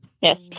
Yes